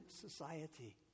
society